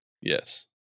Yes